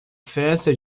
festa